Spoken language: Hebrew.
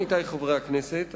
עמיתי חברי הכנסת,